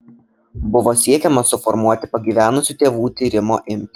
buvo siekiama suformuoti pagyvenusių tėvų tyrimo imtį